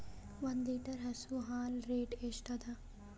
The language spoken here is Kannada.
ಒಂದ್ ಲೀಟರ್ ಹಸು ಹಾಲ್ ರೇಟ್ ಎಷ್ಟ ಅದ?